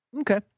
Okay